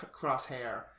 Crosshair